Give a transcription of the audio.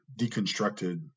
deconstructed